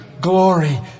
glory